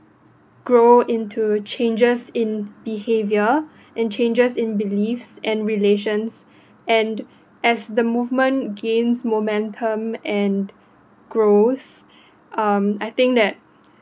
grow into changes in behaviour and changes in beliefs and relations and as the movement gains momentum and grows um I think that